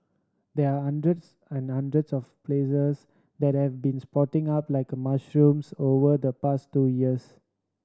there are hundreds and hundreds of places that have been sprouting up like mushrooms over the past two years